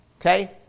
Okay